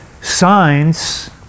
Signs